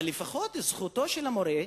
אבל לפחות זכותו של המורה,